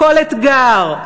כל אתגר,